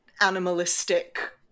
animalistic